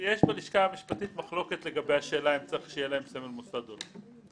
בלשכה המשפטית יש מחלוקת לגבי השאלה אם צריך שיהיה להם סמל מוסד או לא.